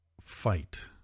fight